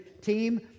team